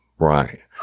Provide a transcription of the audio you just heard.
right